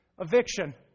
eviction